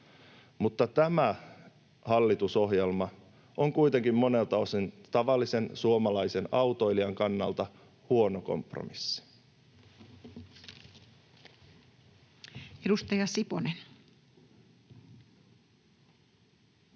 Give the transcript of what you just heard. mutta tämä hallitusohjelma on kuitenkin monelta osin tavallisen suomalaisen autoilijan kannalta huono kompromissi. [Speech